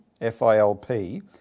FILP